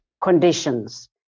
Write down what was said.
conditions